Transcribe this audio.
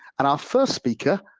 and our first speaker,